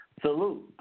Salute